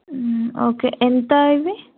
okay ఎంత ఇవి